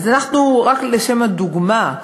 אז רק לשם הדוגמה,